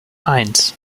eins